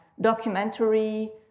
documentary